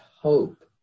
hope